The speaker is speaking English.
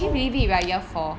oh